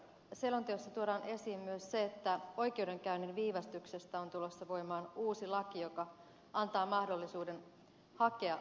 selonteossa tuodaan esiin myös se että oikeudenkäynnin viivästyksestä on tulossa voimaan uusi laki joka antaa mahdollisuuden hakea hyvitystä